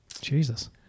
Jesus